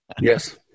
Yes